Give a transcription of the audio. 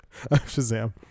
Shazam